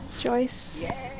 Joyce